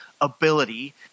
ability